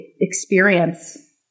experience